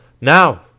Now